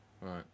right